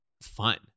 fun